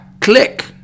click